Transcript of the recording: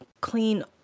clean